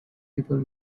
people